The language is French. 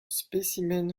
spécimen